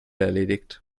erledigt